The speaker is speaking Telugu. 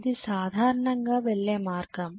ఇది సాధారణంగా వెళ్ళే మార్గం